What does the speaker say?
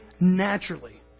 naturally